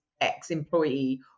ex-employee